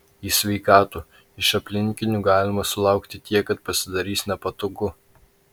į sveikatų iš aplinkinių galima sulaukti tiek kad pasidarys nepatogu